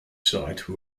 site